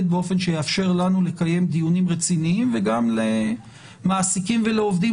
באופן שיאפשר לנו לקיים דיונים רציניים וגם למעסיקים ולעובדים